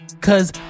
Cause